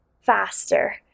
faster